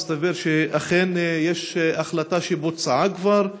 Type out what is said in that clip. סביר שאכן יש החלטה שבוצעה כבר.